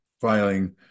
filing